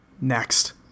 Next